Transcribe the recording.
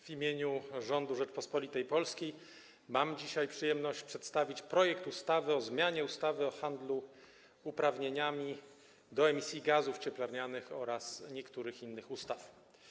W imieniu rządu Rzeczypospolitej Polskiej mam dzisiaj przyjemność przedstawić projekt ustawy o zmianie ustawy o handlu uprawnieniami do emisji gazów cieplarnianych oraz niektórych innych ustaw.